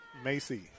Macy